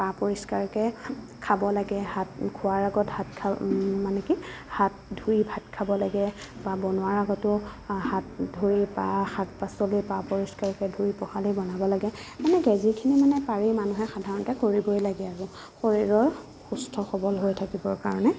পা পৰিষ্কাৰকৈ খাব লাগে হাত খোৱাৰ আগত হাত মানে কি হাত ধুই ভাত খাব লাগে বা বনোৱাৰ আগতেও হাত ধুই বা শাক পাচলি পা পৰিষ্কাৰকৈ ধুই পখালি বনাব লাগে মানে যিখিনি মানে পাৰি মানুহে সাধাৰণতে কৰিবই লাগে আৰু শৰীৰৰ সুস্থ সবল হৈ থাকিবৰ কাৰণে